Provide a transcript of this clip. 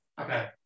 Okay